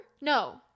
no